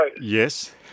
Yes